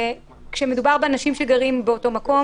כשמדובר באנשים שגרים באותו מקום,